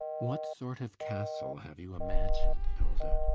what sort of castle have you imagined, hilda?